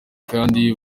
kandi